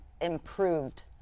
improved